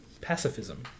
Pacifism